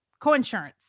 coinsurance